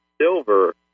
silver